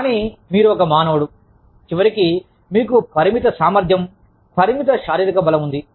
కానీ మీరు ఒక మానవుడు చివరికి మీకు పరిమిత సామర్థ్యం పరిమిత శారీరక బలం ఉంది